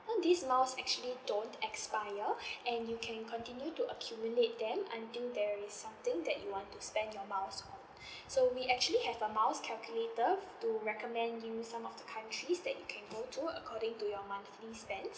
uh these miles actually don't expire and you can continue to accumulate them until there is something that you want to spend your miles on so we actually have a miles calculator to recommend you some of the countries that you can go to according to your monthly spend